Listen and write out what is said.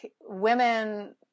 women